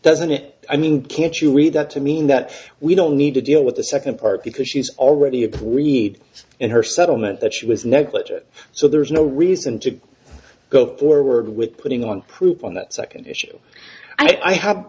doesn't it i mean can't you read that to mean that we don't need to deal with the second part because she's already agreed in her settlement that she was negligent so there's no reason to go forward with putting on proof on that second issue i